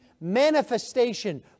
manifestation